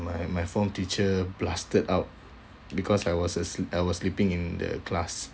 my my form teacher blasted out because I was asl~ I was uh sleeping in the class